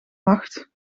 macht